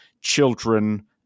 children